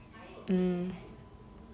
mm